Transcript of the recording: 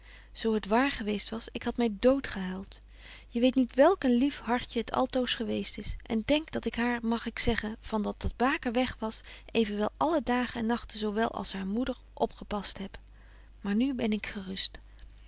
zo het waar geweest was ik had my dood gehuilt je weet niet welk een lief hartje het altoos geweest is en denk dat ik haar mag ik zeggen van dat de baker weg was evenwel alle dagen en nagten zo wel als haar moeder opgepast heb maar nu ben ik gerust